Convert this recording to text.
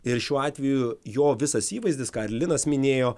ir šiuo atveju jo visas įvaizdis ką ir linas minėjo